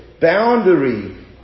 boundary